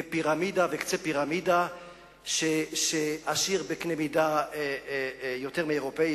וקצה פירמידה שעשיר בקנה מידה יותר מאירופי,